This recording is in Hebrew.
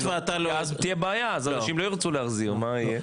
ואז תהיה בעיה, אנשים לא ירצו להחזיר, מה יהיה?